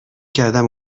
کردم